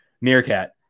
meerkat